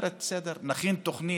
אומרת: בסדר, נכין תוכנית.